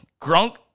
Grunk